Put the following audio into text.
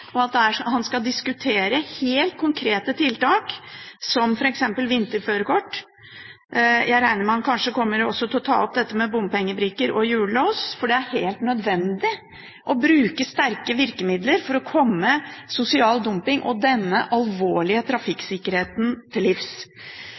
han skal diskutere helt konkrete tiltak, som f.eks. vinterførerkort. Jeg regner med at han også kommer til å ta opp dette med bompengebrikker og hjullås, for det er helt nødvendig å bruke sterke virkemidler for å komme sosial dumping og denne alvorlige